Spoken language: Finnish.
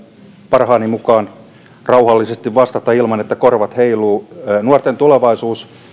parhaani mukaan rauhallisesti vastata ilman että korvat heiluvat nuorten tulevaisuus